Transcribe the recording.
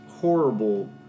horrible